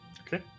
Okay